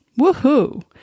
Woohoo